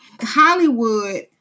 Hollywood